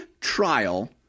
trial